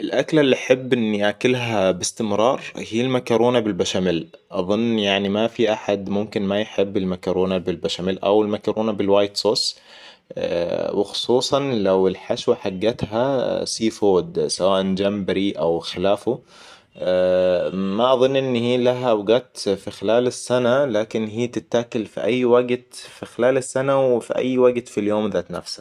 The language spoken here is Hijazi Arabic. الأكلة اللي أحب إني أكلها بإستمرار هي المكرونة بالبشاميل. أظن يعني ما في أحد ممكن ما يحب المكرونة بالبشاميل او المكرونة بالوايت صوص. وخصوصاً لو الحشوة حقتها سي فود في سواءاً جمبري او خلافه. ما اظن هي لها أوقات في خلال السنة لكن هي تتاكل في أي وقت في خلال السنة وفي أي وقت في اليوم ذات نفسها